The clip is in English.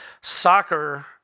soccer